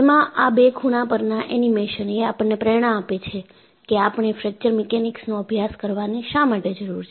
જેમાં આ બે ખૂણા પરના એનિમેશન એ આપણને પ્રેરણા આપે છે કે આપણે ફ્રેક્ચર મિકેનિક્સ નો અભ્યાસ કરવાની શા માટે જરૂર છે